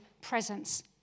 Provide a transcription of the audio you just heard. presence